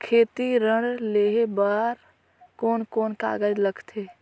खेती ऋण लेहे बार कोन कोन कागज लगथे?